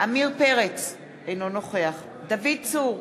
עמיר פרץ, אינו נוכח דוד צור,